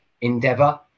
endeavour